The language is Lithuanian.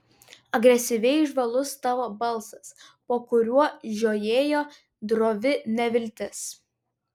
agresyviai žvalus tavo balsas po kuriuo žiojėjo drovi neviltis